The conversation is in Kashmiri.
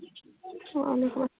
وَعلیکُم